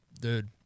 Dude